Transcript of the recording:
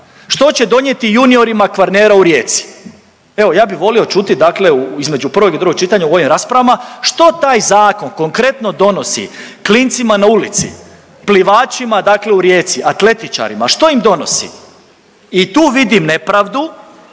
što će donijeti juniorima Kvarnera u Rijeci, evo ja bi volio čuti dakle između prvog i drugog čitanja u ovim raspravama što taj zakon konkretno donosi klincima na ulici, plivačima dakle u Rijeci, atletičarima, što im donosi i tu vidim nepravdu